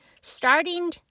Starting